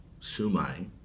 Sumai